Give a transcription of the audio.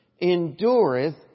endureth